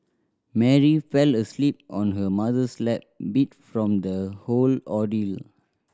Mary fell asleep on her mother's lap beat from the whole ordeal